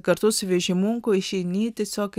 kartu su vežimuku išeini tiesiog